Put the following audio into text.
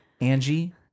Angie